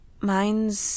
Mine's